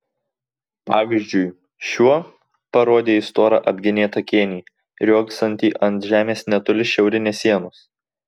pavyzdžiui šiuo parodė į storą apgenėtą kėnį riogsantį ant žemės netoli šiaurinės sienos